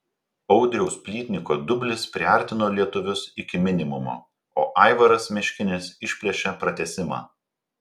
audriaus plytniko dublis priartino lietuvius iki minimumo o aivaras meškinis išplėšė pratęsimą